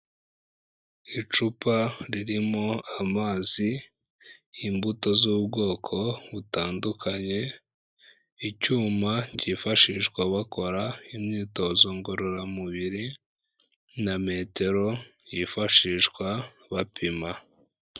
Icupa ririmo amazi, imbuto z'ubwoko butandukanye, icyuma cyifashishwa bakora imyitozo ngororamubiri, na metero yifashishwa bapima.